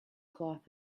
cloth